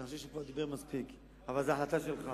אני חושב שהוא כבר דיבר מספיק, אבל זאת החלטה שלך.